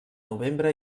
novembre